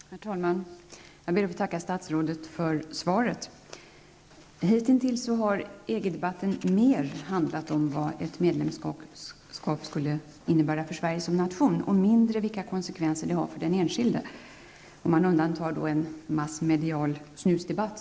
Herr talman! Jag ber att få tacka statsrådet för svaret. Hitintills har EG-debatten mer handlat om vad ett medlemskap skulle innebära för Sverige som nation och mindre om vilka konsekvenser det har för den enskilde -- om man undantar en massmedial snusdebatt.